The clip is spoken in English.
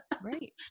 Right